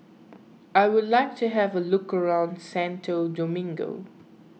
I would like to have a look around Santo Domingo